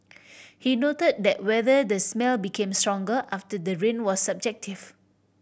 he noted that whether the smell became stronger after the rain was subjective